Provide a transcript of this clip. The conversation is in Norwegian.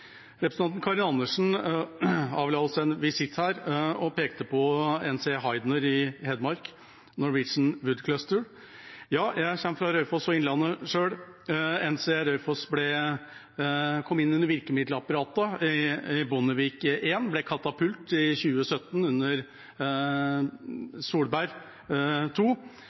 Representanten Karin Andersen avla oss en visitt og pekte på NCE Heidner og Norwegian Wood Cluster i Hedmark. Jeg kommer selv fra Raufoss og Innlandet. NCE Raufoss kom inn under virkemiddelapparatet under Bondevik I og ble katapult i 2017, under Solberg